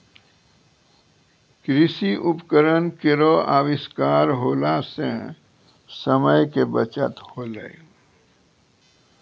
कृषि उपकरण केरो आविष्कार होला सें समय के बचत होलै